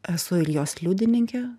esu ir jos liudininke